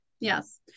yes